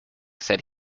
said